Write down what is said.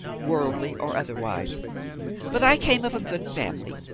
worldly or otherwise but i came of a good family,